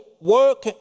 work